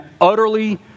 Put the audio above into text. utterly